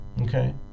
okay